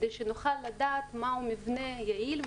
כדי שנוכל לדעת מהו מבנה יעיל,